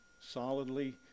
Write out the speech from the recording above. solidly